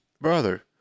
brother